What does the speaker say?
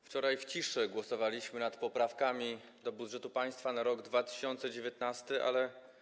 Wczoraj w ciszy głosowaliśmy nad poprawkami do budżetu państwa na rok 2019.